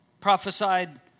Prophesied